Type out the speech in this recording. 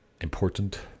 important